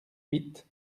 huit